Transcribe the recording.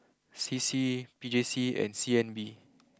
C C P J C and C N B